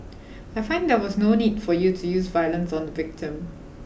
I find there was no need for you to use violence on the victim